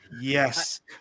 Yes